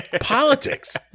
politics